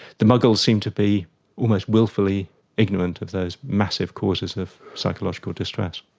the muggles seem to be almost wilfully ignorant of those massive causes of psychological distress.